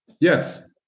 Yes